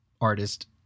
artist